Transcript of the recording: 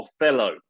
Othello